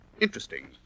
Interesting